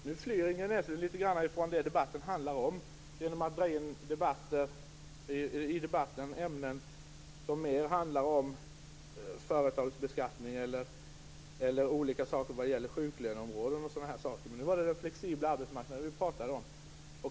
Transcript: Fru talman! Nu flyr Ingrid Näslund litet från det som debatten handlar om, nämligen genom att i den dra in ämnen som företagsbeskattning, sjuklön osv., men vi talar nu om den flexibla arbetsmarknaden.